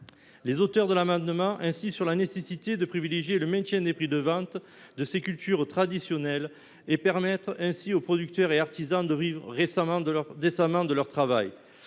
Les auteurs de cet amendement insistent sur la nécessité de maintenir les prix de vente de ces cultures traditionnelles, afin de permettre aux producteurs et artisans de vivre décemment de leur travail.